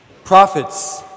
Prophets